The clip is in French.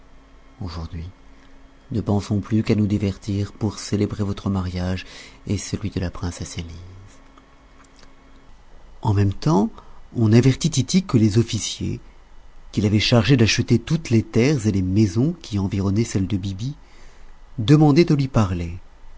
aujourd'hui ne pensons plus qu'à nous divertir pour célébrer votre mariage et celui de la princesse elise en même temps on avertit tity que les officiers qu'il avait chargés d'acheter toutes les terres et les maisons qui environnaient celle de biby demandaient à lui parler